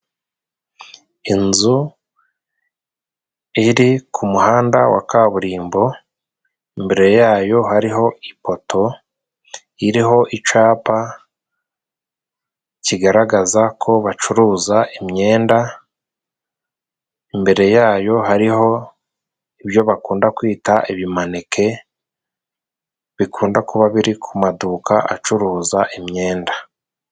Inzu iri ku muhanda wa kaburimbo. Imbere yayo hariho ipoto iriho icapa kigaragaza ko bacuruza imyenda, imbere yayo hariho ibyo bakunda kwita ibimaneke bikunda kuba biri ku maduka acuruza imyenda.